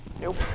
Nope